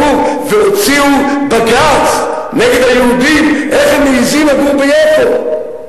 והוציאו בג"ץ נגד היהודים איך הם מעזים לגור ביפו.